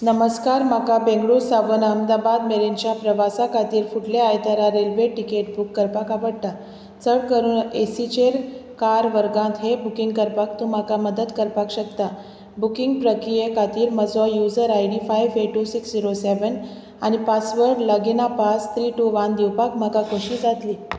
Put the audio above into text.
नमस्कार म्हाका बेंगळूर सावन अहमदाबाद मेरेनच्या प्रवासा खातीर फुडल्या आयतारा रेल्वे टिकेट बूक करपाक आवडटा चड करून एसीचेर कार वर्गांत हें बुकींग करपाक तूं म्हाका मदत करपाक शकता बुकींग प्रक्रिये खातीर म्हजो user I D five eight two six zero seven आनी पासवर्ड लगिना पास थ्री टू वन दिवपाक म्हाका खोशी जातली